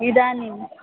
इदानीं